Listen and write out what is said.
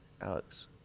Alex